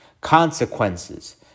consequences